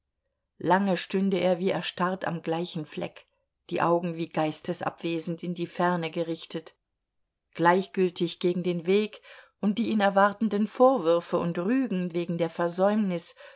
lange stünde er wie erstarrt am gleichen fleck die augen wie geistesabwesend in die ferne gerichtet gleichgültig gegen den weg und die ihn erwartenden vorwürfe und rügen wegen der versäumnis